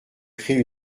créer